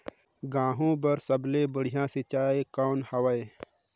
गहूं बर सबले बढ़िया सिंचाई कौन हवय?